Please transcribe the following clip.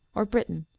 or britain,